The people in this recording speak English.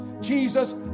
Jesus